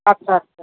আচ্ছা আচ্ছা